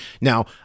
now